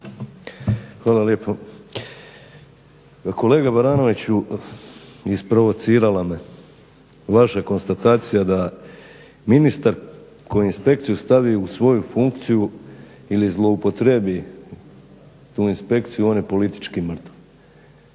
Hvala lijepo. Kolega Baranoviću, isprovocirala me vaša konstatacija da ministar koji inspekciju stavi u svoju funkciju ili zloupotrijebi tu inspekciju on je politički mrtav.